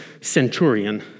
centurion